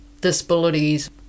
disabilities